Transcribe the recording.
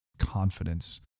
confidence